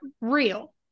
real